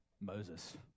Moses